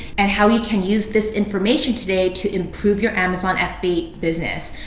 and how you can use this information today to improve your amazon fba business.